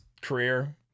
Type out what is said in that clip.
career